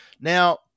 Now